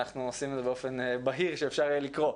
אנחנו עושים את זה באופן בהיר שאפשר יהיה לקרוא.